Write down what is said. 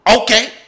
Okay